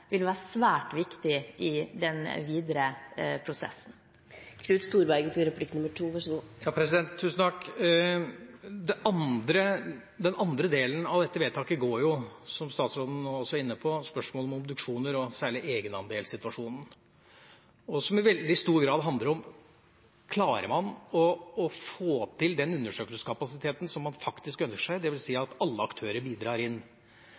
vil være svært viktig i den videre prosessen. Den andre delen av dette vedtaket gjelder, som statsråden var inne på, spørsmålet om obduksjoner og særlig egenandelssituasjonen, som i veldig stor grad handler om hvorvidt man klarer å få til den undersøkelseskapasiteten som man faktisk ønsker seg, dvs. at alle aktører bidrar. Stortinget har en klar forventning om at med dette vedtaket, hvis det blir fattet i dag – noe det mot all formodning blir – går man inn